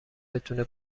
بتونه